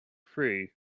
free